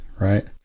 right